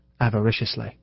avariciously